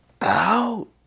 Out